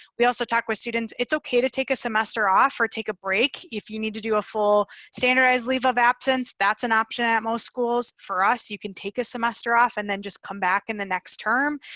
we also talk with students, it's okay to take a semester off or take a break. if you need to do a full standardized leave of absence, that's an option at most schools. for us, you can take a semester off and then just come back in the next term.